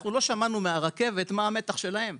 אנחנו לא שמענו מהרכבת מה המתח שלהם?